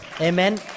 Amen